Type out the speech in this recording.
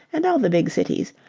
and all the big cities,